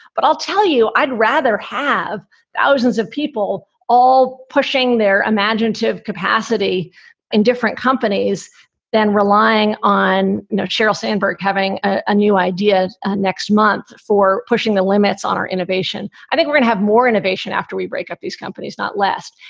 but i'll tell you, i'd rather have thousands of people all pushing their imaginative capacity in different companies than relying on sheryl sandberg having a new idea next month for pushing the limits on our innovation. i think we can have more innovation after we break up these companies, not less.